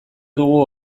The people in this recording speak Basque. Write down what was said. dugu